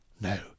No